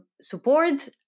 support